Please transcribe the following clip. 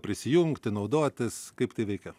prisijungti naudotis kaip tai veikia